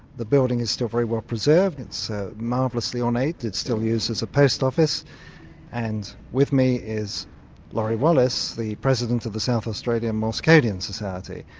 the building is still very well preserved, it's and so marvellously ornate, it's still used as a post office and with me is laurie wallace the president of the south australia morsecodian society.